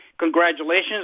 congratulations